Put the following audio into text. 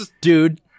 dude